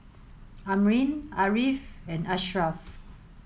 Amrin Ariff and Ashraf